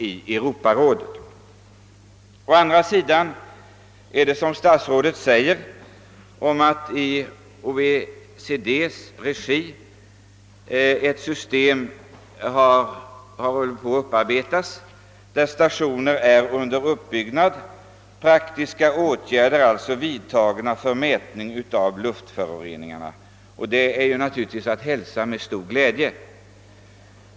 Dessutom har man, såsom statsrådet påpekar, i OECD:s regi hållit på att utarbeta ett system för praktiska åtgärder med stationer, som nu är under uppbyggnad, för mätning av luftföroreningarna. Detta är naturligtvis att hälsa med stor glädje.